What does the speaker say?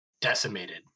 decimated